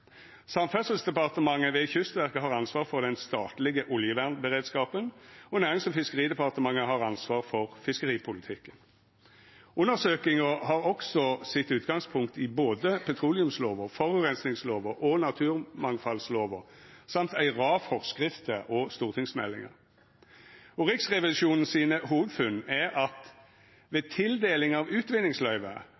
Samferdselsdepartementet ved Kystverket har ansvar for den statlege oljevernberedskapen, og Nærings- og fiskeridepartementet har ansvar for fiskeripolitikken. Undersøkinga har også sitt utgangspunkt i både petroleumslova, forureiningslova og naturmangfaldlova, i tillegg til ei rad forskrifter og stortingsmeldingar.